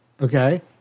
Okay